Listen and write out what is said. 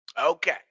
Okay